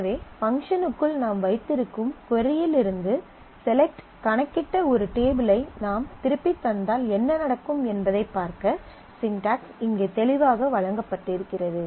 எனவே பங்க்ஷன்ஸ்ற்குள் நாம் வைத்திருக்கும் கொரி இல் இருந்து செலக்ட் கணக்கிட்ட ஒரு டேபிள் ஐ நாம் திருப்பித் தந்தால் என்ன நடக்கும் என்பதைப் பார்க்க ஸிண்டக்ஸ் இங்கே தெளிவாக வழங்கப்பட்டிருக்கிறது